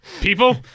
People